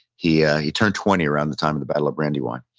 he ah he turned twenty around the time of the battle of brandywine.